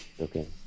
Okay